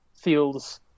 feels